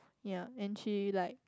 ya and she like